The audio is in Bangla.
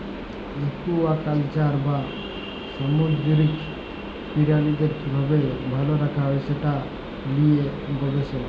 একুয়াকালচার বা সামুদ্দিরিক পিরালিদের কিভাবে ভাল রাখা যায় সে লিয়ে গবেসলা